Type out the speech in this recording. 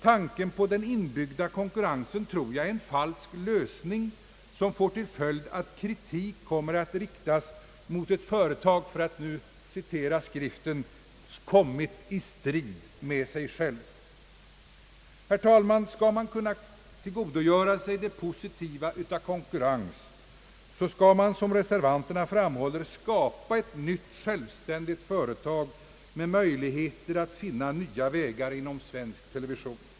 Jag tror att den inbyggda konkurrensen är en falsk lösning, som får till följd att kritik kommer att riktas mot ett företag, som »kommit i strid med sig själv». Skall man, herr talman, kunna tillgodogöra sig det positiva av en konkurrens, bör man som reservanterna framhåller skapa ett nytt självständigt företag med möjligheter att finna nya vägar inom svensk television.